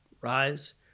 rise